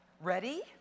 Ready